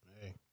hey